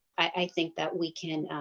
i think that we can